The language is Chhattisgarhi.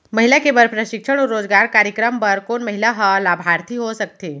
महिला के बर प्रशिक्षण अऊ रोजगार कार्यक्रम बर कोन महिला ह लाभार्थी हो सकथे?